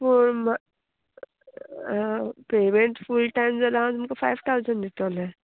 four payment full time जाल्यार हांव तुमकां फायव थावजण दितोलें